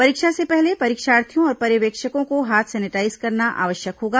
परीक्षा से पहले परीक्षार्थियों और पर्यवेक्षकों को हाथ सैनिटाईज करना आवश्यक होगा